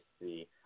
see